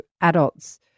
adults